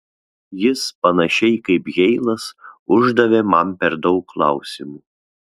jis panašiai kaip heilas uždavė man per daug klausimų